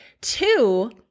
two